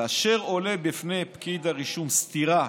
כאשר עולה בפני פקיד הרישום סתירה